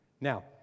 Now